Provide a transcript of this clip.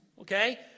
Okay